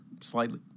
slightly